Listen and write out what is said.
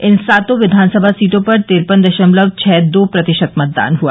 इन सातों विधानसभा सीटों पर तिरपन दशमलव छः दो प्रतिशत मतदान हुआ